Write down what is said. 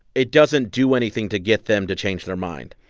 it doesn't do anything to get them to change their mind.